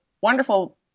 wonderful